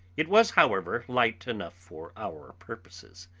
it was, however, light enough for our purposes.